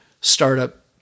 startup